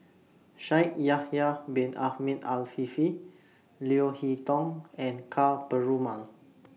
Shaikh Yahya Bin Ahmed Afifi Leo Hee Tong and Ka Perumal